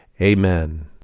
amen